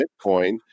Bitcoin